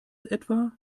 etwa